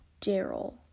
Daryl